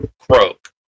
croak